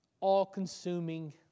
all-consuming